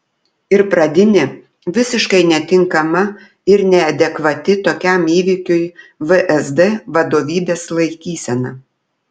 ir pradinė visiškai netinkama ir neadekvati tokiam įvykiui vsd vadovybės laikysena